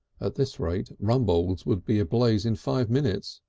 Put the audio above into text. at this rate rumbold's would be ablaze in five minutes!